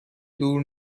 دور